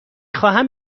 خواهم